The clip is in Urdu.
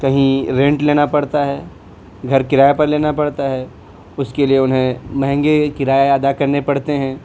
کہیں رینٹ لینا پڑتا ہے گھر کرایہ پر لینا پڑتا ہے اس کے لیے انہیں مہنگے کرایے ادا کرنے پڑتے ہیں